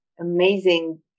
amazing